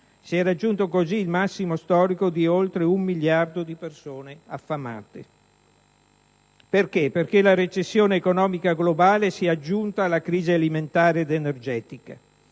Si è raggiunto così il massimo storico di oltre un miliardo di persone affamate (...)». Perché? Perché la recessione economica globale si è aggiunta alla crisi alimentare ed energetica,